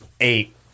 eight